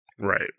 Right